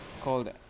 called